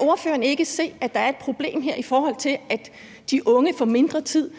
ordføreren ikke se, at der er et problem her, i forhold til at de unge får mindre tid